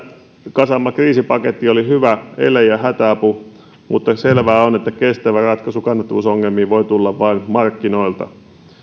kasaama kriisipaketti oli hyvä ele ja hätäapu mutta selvää on että kestävä ratkaisu kannattavuusongelmiin voi tulla vain markkinoilta tätä